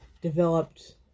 developed